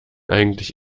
eigentlich